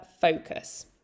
focus